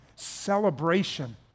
Celebration